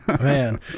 man